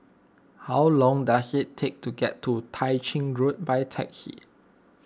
how long does it take to get to Tah Ching Road by taxi